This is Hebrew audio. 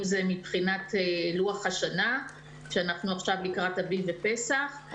אם זה מבחינת לוח השנה כשאנחנו עכשיו מתקרבים לפסח.